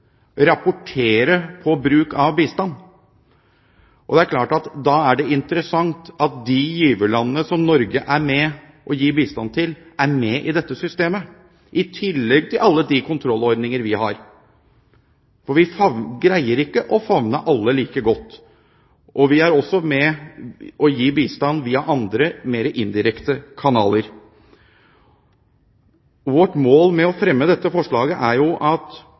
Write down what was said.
rapportere på bruk av bistand. Det er klart at da er det interessant at de giverlandene som Norge er med på å gi bistand til, er med i dette systemet, i tillegg til alle de kontrollordninger vi har. Vi greier ikke å favne alle like godt. Vi er også med på å gi bistand via andre, mer indirekte kanaler. Vårt mål med å fremme dette forslaget er at